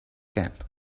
camp